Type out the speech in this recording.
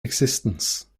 existence